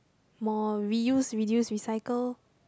more reuse reduce recycle